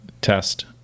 test